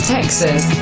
Texas